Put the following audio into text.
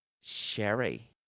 Sherry